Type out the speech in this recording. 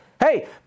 hey